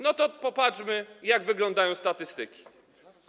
No to popatrzmy, jak wyglądają statystyki.